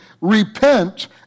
repent